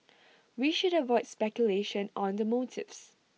we should avoid speculation on the motives